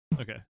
Okay